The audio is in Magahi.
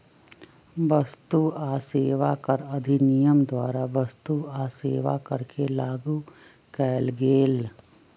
वस्तु आ सेवा कर अधिनियम द्वारा वस्तु आ सेवा कर के लागू कएल गेल